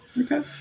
Okay